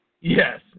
Yes